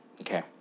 Okay